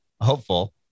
Hopeful